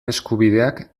eskubideak